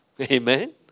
Amen